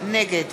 נגד